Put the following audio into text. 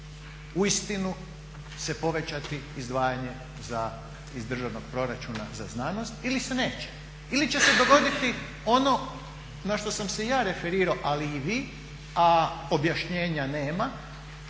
uistinu se povećati izdvajanje iz državnog proračuna za znanost ili se neće. Ili će se dogoditi ono na što sam se ja referirao, ali i vi, a objašnjenja nema